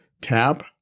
Tab